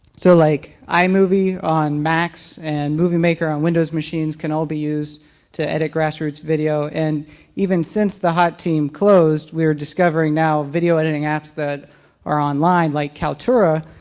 so like imovie on macs and moviemaker on windows machines can all be used to edit grassroots video. and even since the hot team closed, we're discovering now video editing apps that are online like kaltura,